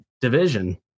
division